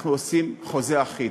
אנחנו עושים חוזה אחיד.